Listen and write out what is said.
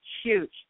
huge